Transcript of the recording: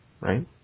Right